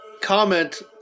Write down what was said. comment